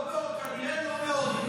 כנראה שלא, לא מאוד התנגדו.